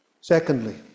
Secondly